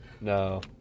No